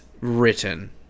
written